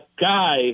guy